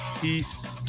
peace